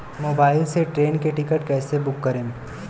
Mobile से train के ticket कैसे बूक करेम?